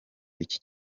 iki